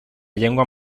llengua